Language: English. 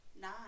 Nine